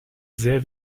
sehr